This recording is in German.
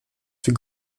für